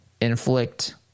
inflict